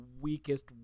weakest